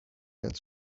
that